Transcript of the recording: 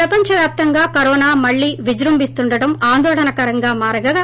ప్రపంచ వ్యాప్తంగా కరోనా మళ్లీ విజృంభిస్తుండటం ఆందోళనకరంగా మారగా